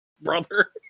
Brother